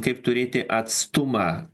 kaip turėti atstumą